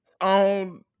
on